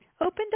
opened